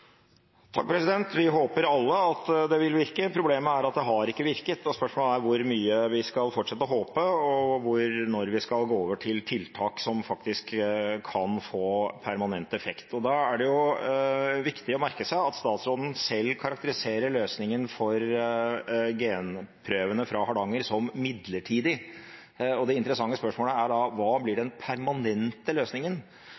Vi håper alle at det vil virke. Problemet er at det har ikke virket, og spørsmålet er hvor mye vi skal fortsette å håpe, og når vi skal gå over til tiltak som faktisk kan få permanent effekt. Da er det viktig å merke seg at statsråden selv karakteriserer løsningen for genprøvene fra Hardanger som midlertidig, og det interessante spørsmålet er: Hva blir